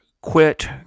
Quit